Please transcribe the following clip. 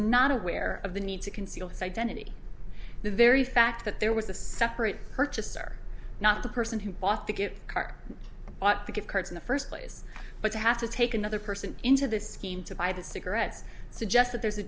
not aware of the need to conceal his identity the very fact that there was a separate purchaser not the person who bought the kit car bought the gift cards in the first place but to have to take another person into the scheme to buy the cigarettes suggests that there's a